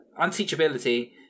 unteachability